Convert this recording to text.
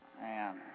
man